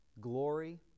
glory